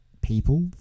people